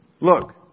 Look